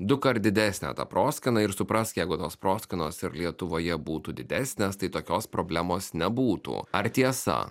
dukart didesnė ta proskyna ir suprask jeigu tos proskynos ir lietuvoje būtų didesnės tai tokios problemos nebūtų ar tiesa